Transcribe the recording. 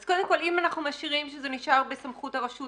אז אם אנחנו משאירים שזה נשאר בסמכות הרשות,